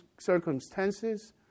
circumstances